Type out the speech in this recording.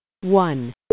One